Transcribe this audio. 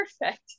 perfect